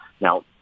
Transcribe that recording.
Now